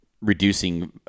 reducing